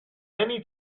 many